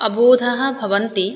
अबोधाः भवन्ति